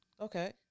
Okay